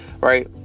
right